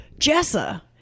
Jessa